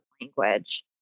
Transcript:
language